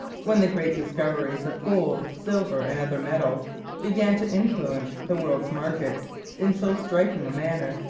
when the great discoveries of gold, silver and other metals began to influence the world's markets in so striking a manner.